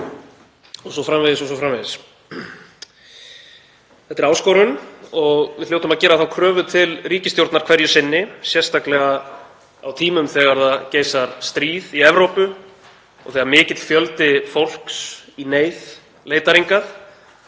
atvinnuréttindi o.s.frv. Þetta er áskorun og við hljótum að gera þá kröfu til ríkisstjórnar hverju sinni, sérstaklega á tímum þegar geisar stríð í Evrópu og þegar mikill fjöldi fólks í neyð leitar hingað,